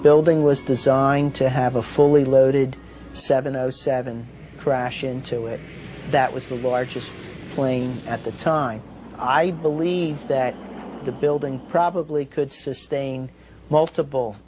building was designed to have a fully loaded seven o seven crash into it that was the largest plane at the time i believe that the building probably could sustain multiple